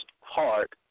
heart